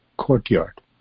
courtyard